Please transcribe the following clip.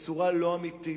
בצורה לא אמיתית,